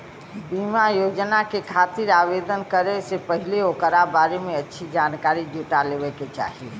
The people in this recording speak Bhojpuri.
बीमा योजना के खातिर आवेदन करे से पहिले ओकरा बारें में अच्छी जानकारी जुटा लेवे क चाही